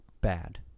bad